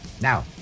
Now